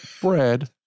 bread